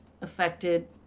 affected